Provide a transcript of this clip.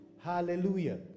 Hallelujah